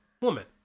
woman